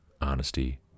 honesty